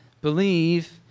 believe